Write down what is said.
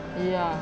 ya